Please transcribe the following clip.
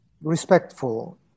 respectful